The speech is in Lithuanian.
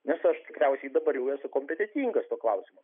nes aš tikriausiai dabar jau esu kompetentingas tuo klausimu